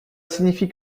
signifie